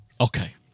Okay